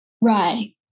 right